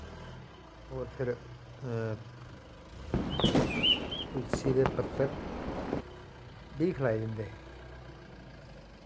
होर फिर तुलसी दे पत्तर बी खलाए जंदे